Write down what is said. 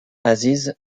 aziz